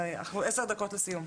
אנחנו עשר דקות לסיום.